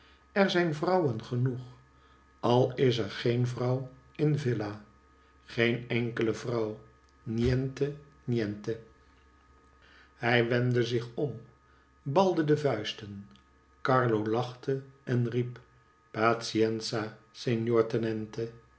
er zijn vrouwen genoeg al is er geen vrouw in villa geen enkele vrouw niente niente hij wendde zich om balde de vuisten carlo lachte en riep